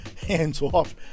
hands-off